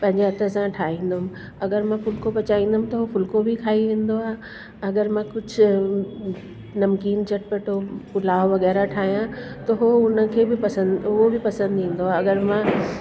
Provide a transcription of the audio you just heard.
पंहिंजे हथु सां ठाहींदी हुयमि अगरि मां फुल्को पचाईंदमि त हो फुल्को बि खाई वेंदो आहे अगरि मां कुझु नमकीन चटपटो पुलाव वग़ैरह ठाहिया त हो हुनखे बि पसंदि उहे बि पसंदि ईंदो आहे अगरि मां